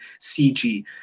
CG